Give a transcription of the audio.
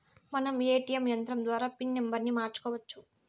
మనం ఏ.టీ.యం యంత్రం ద్వారా పిన్ నంబర్ని మార్చుకోవచ్చు